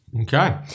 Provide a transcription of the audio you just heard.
Okay